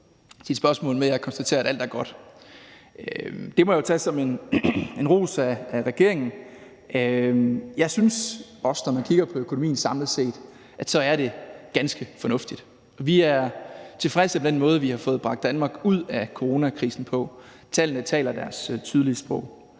indleder sit spørgsmål med at konstatere, at alt er godt. Det må jeg jo tage som en ros af regeringen. Jeg synes også, at det, når man kigger på økonomien samlet set, er ganske fornuftigt. Vi er tilfredse med den måde, vi har fået bragt Danmark ud af coronakrisen på; tallene taler deres tydelige sprog.